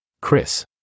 Chris